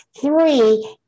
three